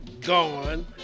gone